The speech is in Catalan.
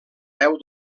veu